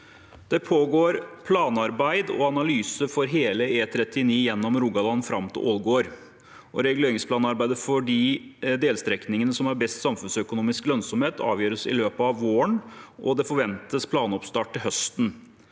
Det pågår planarbeid og analyse for hele E39 gjennom Rogaland fram til Ålgård. Reguleringsplanarbeidet for de delstrekningene som har best samfunnsøkonomisk lønnsomhet, avgjøres i løpet av våren, og det forven